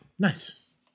Nice